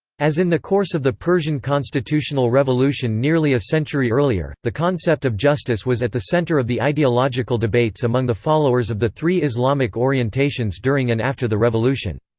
as in the course of the persian constitutional revolution nearly a century earlier, the concept of justice was at the center of the ideological debates among the followers of the three islamic orientations during and after the revolution.